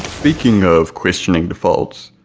speaking of questioning defaults,